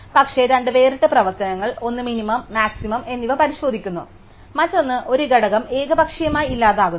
പക്ഷേ രണ്ട് വേറിട്ട പ്രവർത്തനങ്ങൾ ഒന്ന് മിനിമം മാക്സിമം എന്നിവ പരിശോധിക്കുന്നു മറ്റൊന്ന് ഒരു ഘടകം ഏകപക്ഷീയമായി ഇല്ലാതാക്കുന്നു